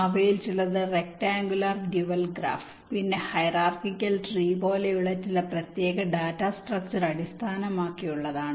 അവയിൽ ചിലത് rectangular dual graph പിന്നെ ഹൈറാർക്കിക്കൽ ട്രീ പോലുള്ള ചില പ്രത്യേക ഡാറ്റാ സ്ട്രക്ച്ചർ അടിസ്ഥാനമാക്കിയുള്ളതാണ്